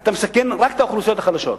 אתה מסכן רק את האוכלוסיות החלשות.